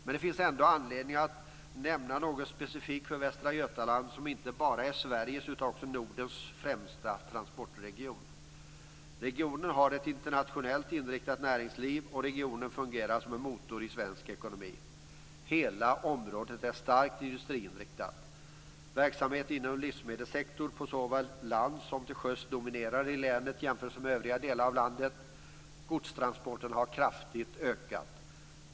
Men det finns ändå anledning att nämna något specifikt för Västra Götaland, som inte bara är Sveriges utan också Nordens främsta transportregion. Regionen har ett internationellt inriktat näringsliv, och regionen fungerar som en motor i svensk ekonomi. Hela området är starkt industriinriktat. Verksamheter inom livsmedelssektorn såväl på land som till sjöss dominerar i länet i jämförelse med övriga delar av landet. Godstransporterna har kraftigt ökat.